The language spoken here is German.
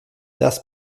das